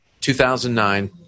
2009